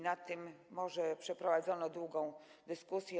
Nad tym przeprowadzono długą dyskusję.